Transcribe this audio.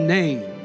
name